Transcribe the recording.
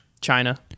China